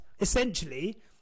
essentially